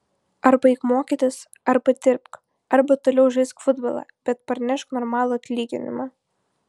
arba eik mokytis arba dirbk arba toliau žaisk futbolą bet parnešk normalų atlyginimą